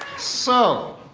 so.